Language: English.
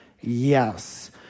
Yes